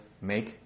make